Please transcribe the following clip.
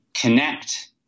connect